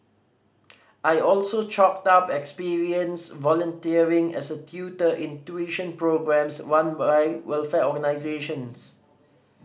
I also chalked up experience volunteering as a tutor in tuition programmes one by welfare organisations